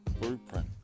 blueprint